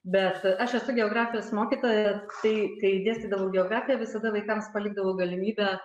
bet aš esu geografijos mokytoja tai kai dėstydavau geografiją visada vaikams palikdavau galimybę